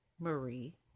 marie